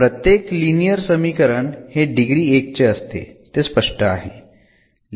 तर प्रत्येक लिनियर समीकरण हे डिग्री 1 चे असते ते स्पष्ट आहे